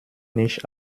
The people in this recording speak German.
nicht